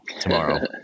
tomorrow